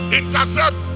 intercept